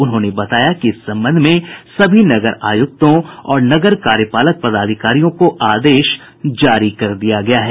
उन्होंने बताया कि इस संबंध में सभी नगर आयुक्तों और नगर कार्यपालक पदाधिकारियों को आदेश जारी कर दिया है